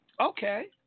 Okay